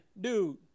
dude